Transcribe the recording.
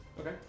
Okay